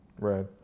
Right